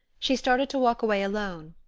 she started to walk away alone.